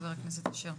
חבר הכנסת אשר,